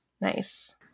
Nice